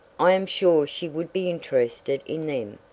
i am sure she would be interested in them.